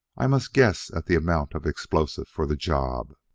i must guess at the amount of explosive for the job.